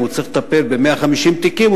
אם הוא צריך לטפל ב-150 תיקים,